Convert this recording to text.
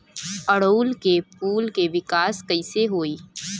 ओड़ुउल के फूल के विकास कैसे होई?